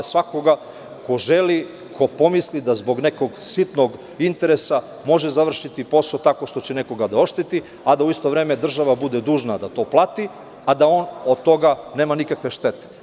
Dakle, svako ko želi, ko pomisli da zbog nekog sitnog interesa može da završi posao tako što će nekoga da ošteti, a da u isto vreme država bude dužna da to plati, a da on od toga nema nikakve štete.